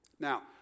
Now